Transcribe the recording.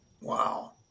wow